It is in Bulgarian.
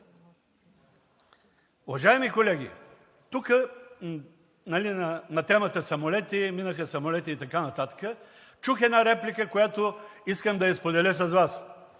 уважаеми колеги, тук на темата самолети, минаха самолети и така нататък, чух една реплика, която искам да я споделя с Вас